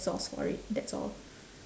sauce for it that's all